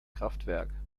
kraftwerk